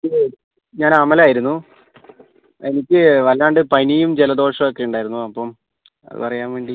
എനിക്ക് ഞാൻ അമൽ ആയിരുന്നു എനിക്ക് വല്ലാണ്ട് പനിയും ജലദോഷവും ഒക്കെ ഉണ്ടായിരുന്നു അപ്പം അത് അറിയാൻ വേണ്ടി